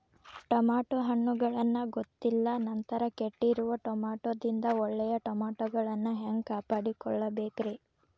Tomato ಹಣ್ಣುಗಳನ್ನ ಗೊತ್ತಿಲ್ಲ ನಂತರ ಕೆಟ್ಟಿರುವ ಟಮಾಟೊದಿಂದ ಒಳ್ಳೆಯ ಟಮಾಟೊಗಳನ್ನು ಹ್ಯಾಂಗ ಕಾಪಾಡಿಕೊಳ್ಳಬೇಕರೇ?